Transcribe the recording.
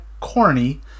corny